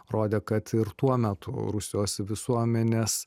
rodė kad ir tuo metu rusijos visuomenės